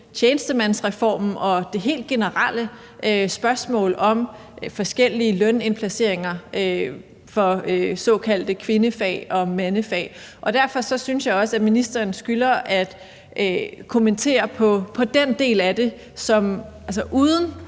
tjenestemandsreformen og det helt generelle spørgsmål om forskellige lønindplaceringer for såkaldte kvindefag og mandefag. Derfor synes jeg også, at ministeren skylder at kommentere på den del af det uden